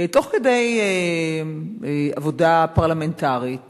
תוך כדי עבודה פרלמנטרית